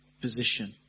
position